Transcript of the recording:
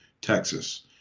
Texas